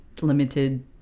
limited